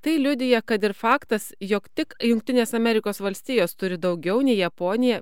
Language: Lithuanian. tai liudija kad ir faktas jog tik jungtinės amerikos valstijos turi daugiau nei japonija